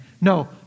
No